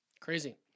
Crazy